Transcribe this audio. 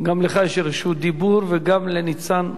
גם לך יש רשות דיבור, וגם לניצן הורוביץ.